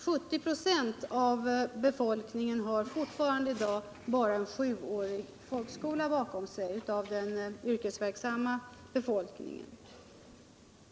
70 96 av den yrkesverksamma befolkningen har ännu i dag bara en sjuårig folkskola bakom sig.